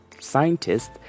scientists